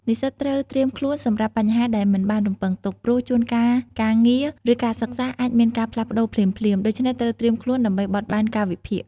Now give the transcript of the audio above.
និស្សិតត្រូវត្រៀមខ្លួនសម្រាប់បញ្ហាដែលមិនបានរំពឹងទុក ព្រោះជួនកាលការងារ ឬការសិក្សាអាចមានការផ្លាស់ប្ដូរភ្លាមៗ ដូច្នេះត្រូវត្រៀមខ្លួនដើម្បីបត់បែនកាលវិភាគ។